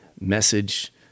message